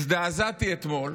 הזדעזעתי אתמול